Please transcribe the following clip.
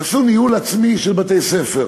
עשו ניהול עצמי של בתי-ספר,